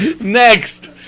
Next